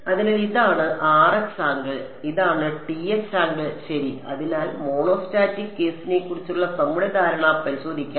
അതിനാൽ ഇതാണ് Rx angle ഇതാണ് Tx ആംഗിൾ ശരി അതിനാൽ മോണോസ്റ്റാറ്റിക് കേസിനെക്കുറിച്ചുള്ള നമ്മുടെ ധാരണ പരിശോധിക്കാൻ